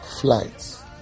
Flights